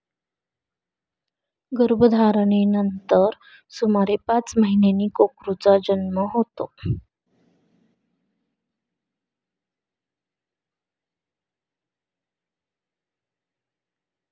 गर्भधारणेनंतर सुमारे पाच महिन्यांनी कोकरूचा जन्म होतो